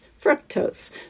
fructose